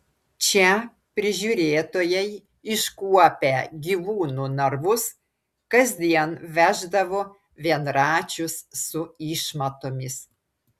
čia prižiūrėtojai iškuopę gyvūnų narvus kasdien veždavo vienračius su išmatomis